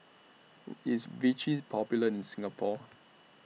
IS Vichy Popular in Singapore